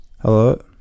Hello